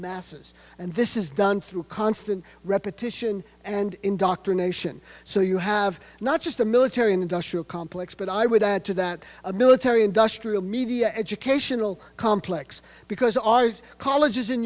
masses and this is done through constant repetition and indoctrination so you have not just the military industrial complex but i would add to that a military industrial media educational complex because our colleges and